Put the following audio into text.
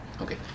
Okay